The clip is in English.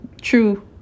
true